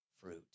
fruit